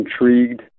intrigued